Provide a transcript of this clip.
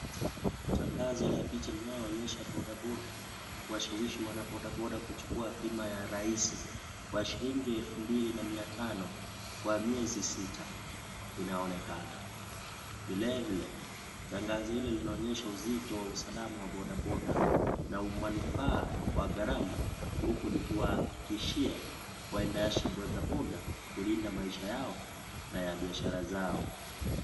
Tangazo la picha linaloonyesha boda boda kuwashawishi wanabodaboda kuchukua bima ya rahisi kwa shilingi elfu mbili na mia tano kwa miezi sita inaonekana . Vile vile tangazo hilo linaonyesha uzito wa usalama wa boda boda na umanufaa ya garama huku likiwahakikishia waendashi boda boda kulinda maisha yao na ya biashara zao.